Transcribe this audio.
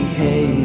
hey